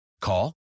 Call